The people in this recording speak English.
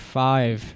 five